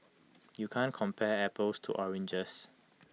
you can't compare apples to oranges